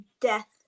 death